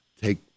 take